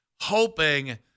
hoping